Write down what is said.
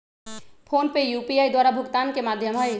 PhonePe UPI द्वारा भुगतान के माध्यम हइ